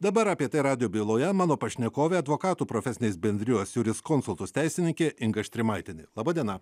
dabar apie tai radijo byloje mano pašnekovė advokatų profesinės bendrijos juriskonsultus teisininkė inga štrimaitienė laba diena